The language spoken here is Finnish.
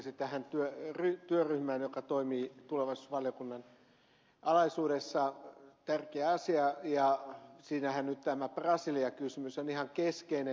pulliainen viittasi tähän työryhmään joka toimii tulevaisuusvaliokunnan alaisuudessa tärkeä asia ja siinähän nyt tämä brasilia kysymys on ihan keskeinen